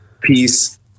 peace